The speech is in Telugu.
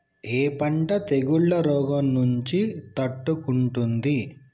ఏ పంట తెగుళ్ల రోగం నుంచి తట్టుకుంటుంది?